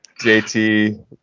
JT